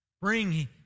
bring